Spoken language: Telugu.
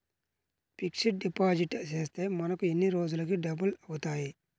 ఫిక్సడ్ డిపాజిట్ చేస్తే మనకు ఎన్ని రోజులకు డబల్ అవుతాయి?